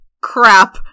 crap